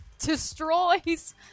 destroys